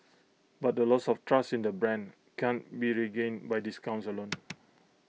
but the loss of trust in the brand can't be regained by discounts alone